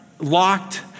locked